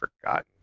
forgotten